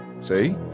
See